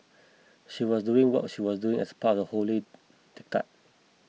she was doing what she was doing as part of a holy diktat